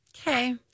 okay